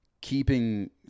Keeping